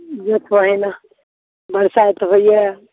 जे पहिल बइरसाइत होइए